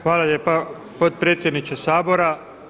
Hvala lijepa potpredsjedniče Sabora.